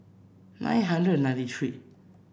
nine hundred ninety three